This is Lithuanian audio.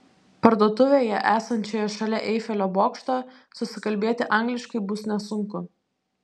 parduotuvėje esančioje šalia eifelio bokšto susikalbėti angliškai bus nesunku